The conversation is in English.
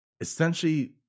Essentially